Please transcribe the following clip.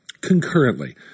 concurrently